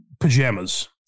pajamas